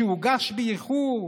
הוגש באיחור.